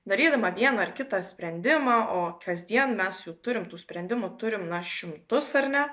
darydama vieną ar kitą sprendimą o kasdien mes jų turim tų sprendimų turim na šimtus ar ne